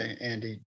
Andy